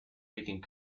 making